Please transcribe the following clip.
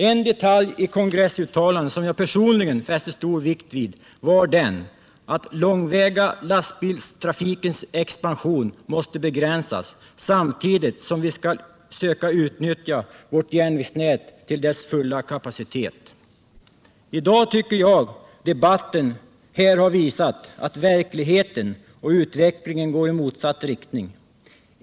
En detalj i kongressuttalandet som jag personligen fäste stor vikt vid var att den långväga lastbilstrafikens expansion måste begränsas samtidigt som vi skall söka utnyttja vårt järnvägsnät till dess fulla kapacitet. I dag tycker jag att debatten här har visat att verkligheten och utvecklingen går i motsatt riktning.